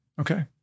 Okay